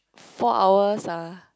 four hours ah